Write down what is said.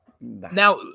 Now